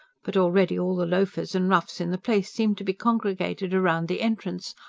but already all the loafers and roughs in the place seemed to be congregated round the entrance,